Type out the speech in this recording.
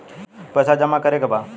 पैसा जमा करे के बा?